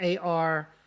AR